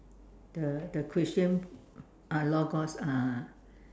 the the Christian ah Logos ah